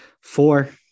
Four